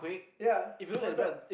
ya what's up